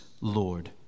Lord